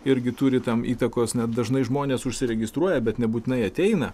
irgi turi tam įtakos net dažnai žmonės užsiregistruoja bet nebūtinai ateina